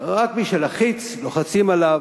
רק מי שלחיץ לוחצים עליו.